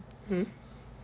hmm